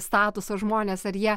statuso žmonės ar jie